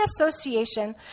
association